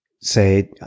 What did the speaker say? say